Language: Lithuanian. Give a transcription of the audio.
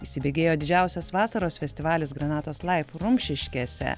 įsibėgėjo didžiausias vasaros festivalis granatos laif rumšiškėse